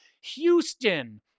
Houston